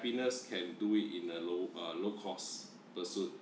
happiness can do it in a low uh low-cost pursuit